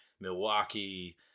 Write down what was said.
milwaukee